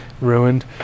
ruined